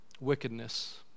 wickedness